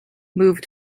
moved